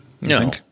No